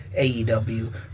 AEW